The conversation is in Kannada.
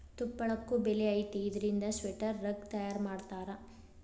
ತುಪ್ಪಳಕ್ಕು ಬೆಲಿ ಐತಿ ಇದರಿಂದ ಸ್ವೆಟರ್, ರಗ್ಗ ತಯಾರ ಮಾಡತಾರ